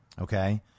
Okay